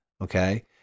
okay